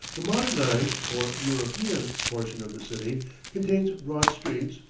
the modernized, or european, portion of the city contains broad streets,